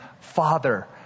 father